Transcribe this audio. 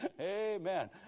Amen